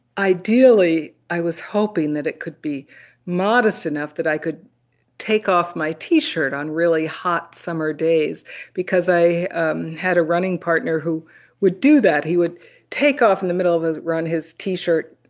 ideally, i was hoping that it could be modest enough that i could take off my tee shirt on really hot summer days because i um had a running partner who would do that. he would take off in the middle of his run his tee shirt,